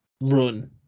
run